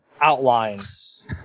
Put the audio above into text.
outlines